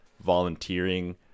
volunteering